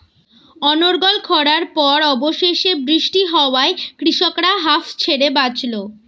অনর্গল খড়ার পর অবশেষে বৃষ্টি হওয়ায় কৃষকরা হাঁফ ছেড়ে বাঁচল